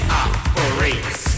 operates